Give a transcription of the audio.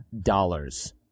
dollars